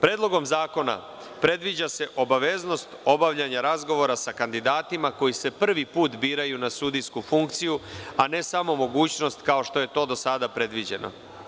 Predlogom zakona predviđa se obaveznost obavljanja razgovora sa kandidatima koji se prvi put biraju na sudijsku funkciju, a ne samo mogućnost kao što je to do sada predviđeno.